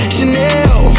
Chanel